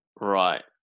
Right